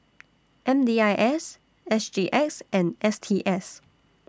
M D I S S G X and S T S